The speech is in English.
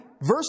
Verse